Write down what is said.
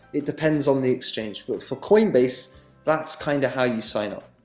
it depends on the exchange. but, for coinbase that's kind of how you sign up.